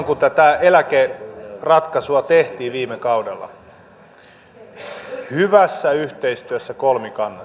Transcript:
kun tätä eläkeratkaisua tehtiin viime kaudella hyvässä yhteistyössä kolmikannassa